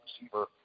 receiver